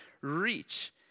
reach